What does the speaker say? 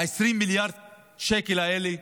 20 מיליארד השקלים האלה?